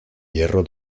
hierro